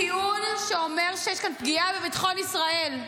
טיעון שאומר שיש כאן פגיעה בביטחון ישראל.